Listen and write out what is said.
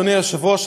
אדוני היושב-ראש,